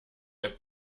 app